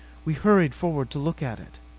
we hurried forward to look at it.